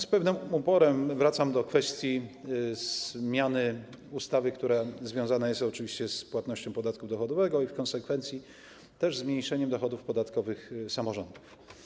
Z pewnym oporem wracam do kwestii zmiany ustawy, która związana jest oczywiście z płatnością podatku dochodowego i w konsekwencji ze zmniejszeniem dochodów podatkowych samorządów.